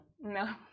No